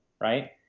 right